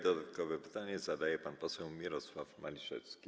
Dodatkowe pytanie zada pan poseł Mirosław Maliszewski.